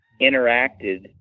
interacted